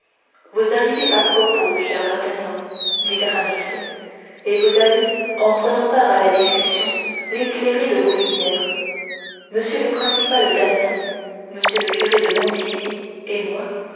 vous arrivez à propos cher d'artagnan dit aramis et vous allez en prenant part à la discussion l'éclairer de vos lumières m le principal d'amiens m le curé de montdidier et moi